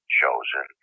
chosen